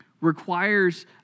requires